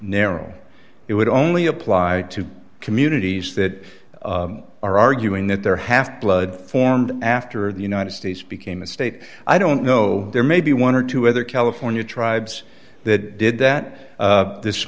narrow it would only apply to communities that are arguing that their half blood formed after the united states became a state i don't know there may be one or two other california tribes that did that this